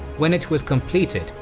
when it was completed,